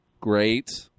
Great